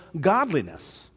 godliness